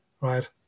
right